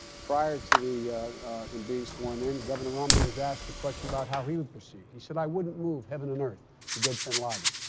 prior to the him being sworn in, governor romney was asked a question about how he would proceed. he said, i wouldn't move heaven and earth to get bin laden.